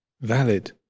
valid